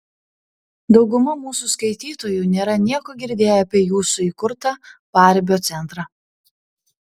dauguma mūsų skaitytojų nėra nieko girdėję apie jūsų įkurtą paribio centrą